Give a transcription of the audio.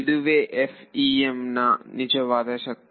ಇದುವೇ FEM ನ ನಿಜವಾದ ಶಕ್ತಿ